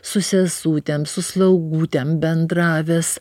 su sesutėm su slaugutėm bendravęs